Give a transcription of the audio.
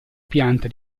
pianta